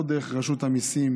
לא דרך רשות המיסים,